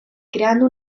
creando